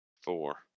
four